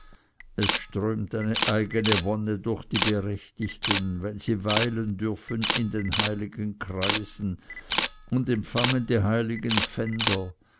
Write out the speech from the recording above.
es strömt eine eigene wonne durch die berechtigten wenn sie weilen dürfen in den heiligen kreisen und empfangen die heiligen pfänder